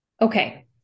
Okay